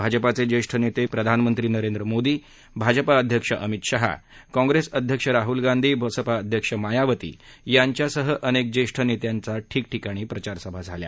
भाजपाचे ज्येष्ठ नेते प्रधानमंत्री नरेंद्र मोदी भाजपा अध्यक्ष अमित शहा कॉप्रेस अध्यक्ष राहल गांधी बसपा अध्यक्ष मायावती यांच्यासह अनेक ज्येष्ठ नेत्यांच्या ठिकठिकाणी प्रचार सभा झाल्या